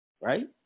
Right